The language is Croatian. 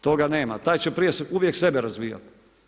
Toga nema, taj će prije uvijek sebe razvijat.